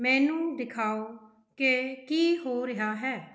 ਮੈਨੂੰ ਦਿਖਾਓ ਕਿ ਕੀ ਹੋ ਰਿਹਾ ਹੈ